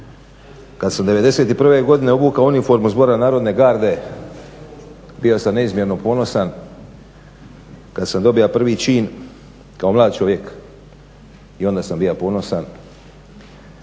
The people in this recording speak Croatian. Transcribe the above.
Kada sam '91.obukao uniformu Zbora narodne garde bio sam neizmjerno ponosan, kada sam dobio prvi čin kao mlad čovjek i onda sam bio ponosan